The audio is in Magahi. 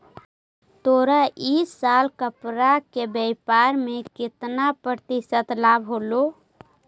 तोरा इ साल कपड़ा के व्यापार में केतना प्रतिशत लाभ होलो?